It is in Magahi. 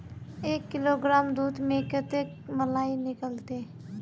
एक किलोग्राम दूध में कते मलाई निकलते?